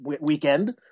weekend –